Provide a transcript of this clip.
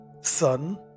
Son